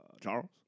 Charles